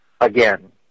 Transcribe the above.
again